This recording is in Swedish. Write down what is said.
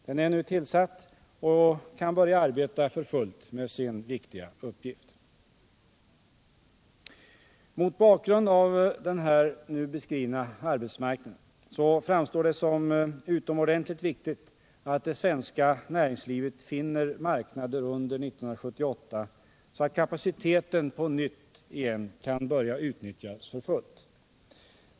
Den är nu tillsatt och kan börja arbeta för fullt med sin viktiga uppgift. Mot bakgrund av den nu beskrivna arbetsmarknaden framstår det som utomordentligt viktigt att det svenska näringslivet finner marknader under 1978, så att kapaciteten på nytt kan börja utnyttjas för fullt.